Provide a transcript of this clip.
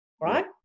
right